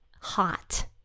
hot